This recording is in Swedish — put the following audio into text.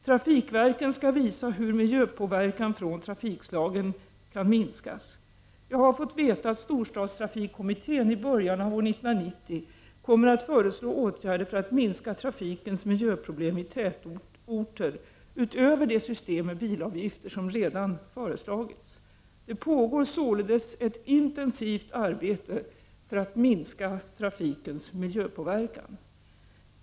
Trafikverken skall visa hur miljöpåverkan från trafikslagen kan minskas. Jag har fått veta att storstadstrafikkommittén i början av år 1990 kommer att föreslå åtgärder för att minska trafikens miljöproblem i tätorter, utöver det system med bilavgifter som redan föreslagits. Det pågår således ett intensivt arbete för att minska trafikens miljöpåverkan.